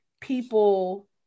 people